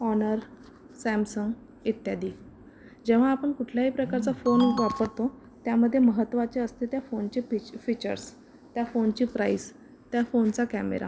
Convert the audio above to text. honour Samsung इत्यादी जेव्हा आपण कुठल्याही प्रकारचा फोन वापरतो त्यामध्ये महत्त्वाचे असते त्या फोनचे पीच फीचर्स त्या फोनची प्राईस त्या फोनचा कॅमेरा